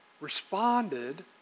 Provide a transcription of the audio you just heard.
responded